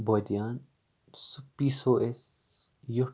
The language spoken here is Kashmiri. بٲدیان سُہ پیسو أسۍ ویٚوٹھ